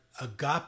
agape